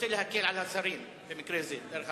רוצה להקל על השרים דרך ההצבעה.